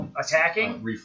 attacking